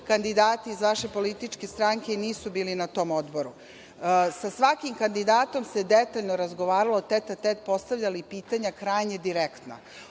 kandidati, iz vaše političke stranke, nisu bili na tom odboru. Sa svakim kandidatom se detaljno razgovaralo, tete-a-tete, postavljali pitanja krajnje direktna,